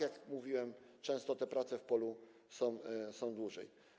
Jak mówiłem, często te prace w polu trwają dłużej.